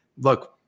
look –